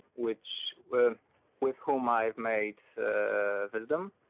which with whom i've made vizdoom,